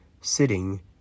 sitting